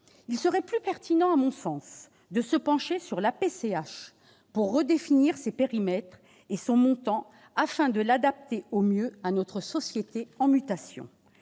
Il serait plus pertinent, à mon sens, de se pencher sur la PCH pour redéfinir ses périmètres et son montant, afin de l'adapter au mieux à notre société en mutation.